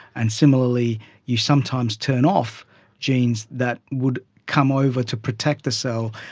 and similarly you sometimes turn off genes that would come over to protect the cell,